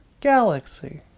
galaxy